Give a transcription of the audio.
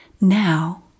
Now